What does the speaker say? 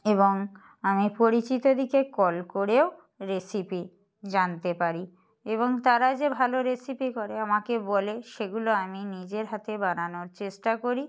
এবং আমি পরিচিতদেরকে কল করেও রেসিপি জানতে পারি এবং তারা যে ভালো রেসিপি করে আমাকে বলে সেগুলো আমি নিজের হাতে বানানোর চেষ্টা করি